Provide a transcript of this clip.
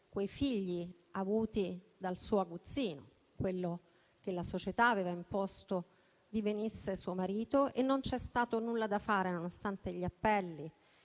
i figli avuti dal suo aguzzino, quello che la società aveva imposto divenisse suo marito. E non c'è stato nulla da fare, nonostante gli appelli